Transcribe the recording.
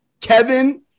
Kevin